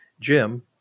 Jim